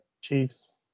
Chiefs